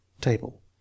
Table